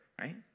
right